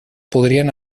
podrien